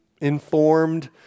informed